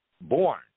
born